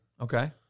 Okay